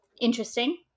interesting